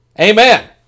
amen